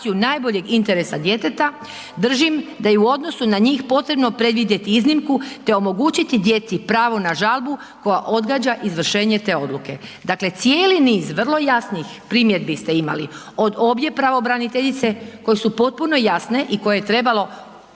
najboljeg interesa djeteta, držim da je u odnosu na njih potrebno predvidjeti iznimku te omogućiti djeci pravo na žalbu koja odgađa izvršenje te odluke. Dakle, cijeli niz vrlo jasnih primjedbi ste imali. Od obje pravobraniteljice koje su potpuno jasne i koje je trebalo